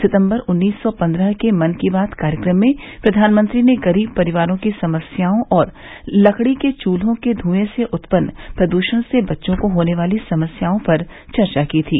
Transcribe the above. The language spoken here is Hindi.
सितम्बर उन्नीस सौ पन्द्रह के मन की बात कार्यक्रम में प्रधानमंत्री ने गरीब परिवारों की समस्याओं और लकड़ी के चूल्हों के धूंए से उत्पन्न प्रदूषण से बच्चों को होने वाली समस्याओं पर चर्चा की थी